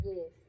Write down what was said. Yes